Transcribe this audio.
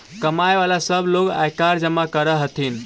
कमाय वला सब लोग आयकर जमा कर हथिन